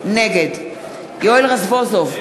נגד יואל רזבוזוב,